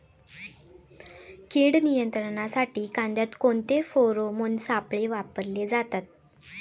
कीड नियंत्रणासाठी कांद्यात कोणते फेरोमोन सापळे वापरले जातात?